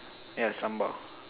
yeah sambal